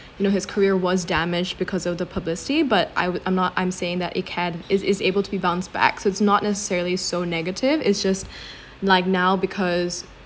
you know his career was damaged because of the publicity but I'd I'm not I'm saying that it can it's it's able to be bounced back so it's not necessarily so negative it's just like now because